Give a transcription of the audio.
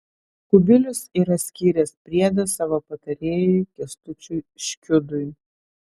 kubilius yra skyręs priedą savo patarėjui kęstučiui škiudui